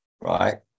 right